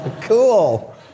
Cool